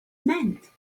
meant